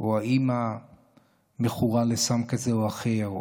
או האימא מכורה לסם כזה או אחר,